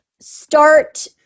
start